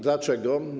Dlaczego?